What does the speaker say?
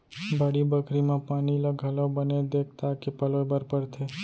बाड़ी बखरी म पानी ल घलौ बने देख ताक के पलोय बर परथे